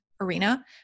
arena